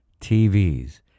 TVs